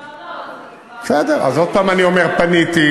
אז עוד פעם אני אומר, פניתי.